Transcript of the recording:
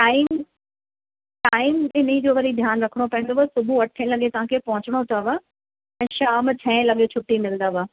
time time इनजो वरी ध्यानु रखिणो पवंदव सुबह अठें लॻे तव्हांखे पहुचिणो अथव ऐं शाम छहें लॻे छुट्टी मिलंदव